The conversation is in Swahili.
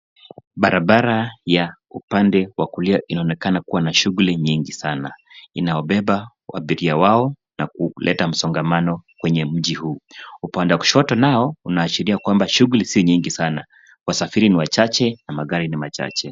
Barabara ya upande wa kulia inaonekana kuwa na shuguli nyingi sana. Inawabeba abiria wao na kuleta msongamano kwenye mji huu. Upande wa kushoto nao unaashiria kwamba shuguli si nyingi sana. Wasafiri ni wachache na magari ni machache.